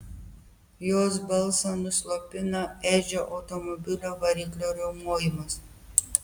jos balsą nuslopina edžio automobilio variklio riaumojimas